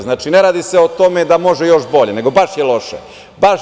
Znači, ne radi se o tome da može još bolje, nego baš je loše, baš.